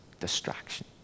distraction